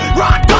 rock